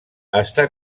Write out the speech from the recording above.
està